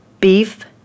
beef